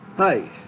Hi